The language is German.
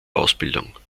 ausbildung